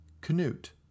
Canute